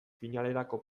finalerako